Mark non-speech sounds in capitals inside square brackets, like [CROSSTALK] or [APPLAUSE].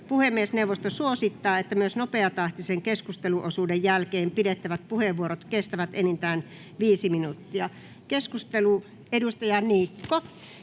Puhemiesneuvosto suosittaa, että myös nopeatahtisen keskusteluosuuden jälkeen pidettävät puheenvuorot kestävät enintään viisi minuuttia. [NOISE] — Pyydän niitä